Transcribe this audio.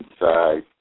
inside